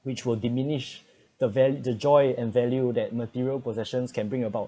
which will diminish the val~ the joy and value that material possessions can bring about